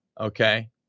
okay